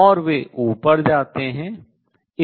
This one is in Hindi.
और वे ऊपर जाते हैं